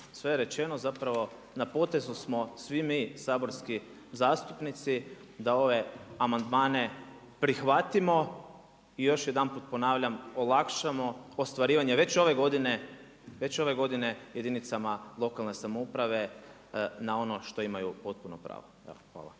Sve je rečeno, zapravo na potezu smo svi mi saborski zastupnici da ove amandmane prihvatimo i još jedanput ponavljam, olakšamo ostvarivanje već ove godine jedinicama lokalne samouprave na ono što imaju potpuno pravo. Evo,